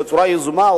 בצורה יזומה,